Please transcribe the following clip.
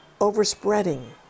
overspreading